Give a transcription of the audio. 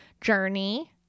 journey